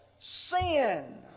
sin